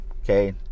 okay